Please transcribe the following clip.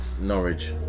Norwich